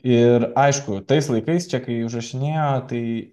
ir aišku tais laikais čia kai užrašinėjo tai